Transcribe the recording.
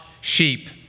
sheep